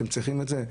האם אתם צריכים את זה?